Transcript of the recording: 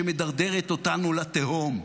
שמדרדרת אותנו לתהום.